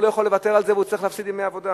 הוא לא יכול לוותר על זה והוא צריך להפסיד ימי עבודה.